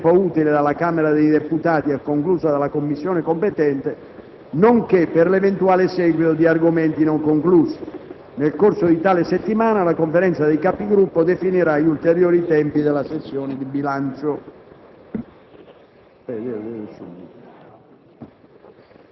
ove trasmesso in tempo utile dalla Camera dei deputati e concluso dalla Commissione competente, nonché per l'eventuale seguito di argomenti non conclusi. Nel corso di tale settimana la Conferenza dei Capigruppo definirà gli ulteriori tempi della sessione di bilancio.